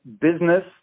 business